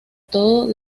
todo